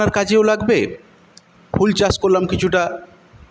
রান্নাবান্নার কাজেও লাগবে ফুল চাষ করলাম কিছুটা